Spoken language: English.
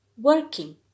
working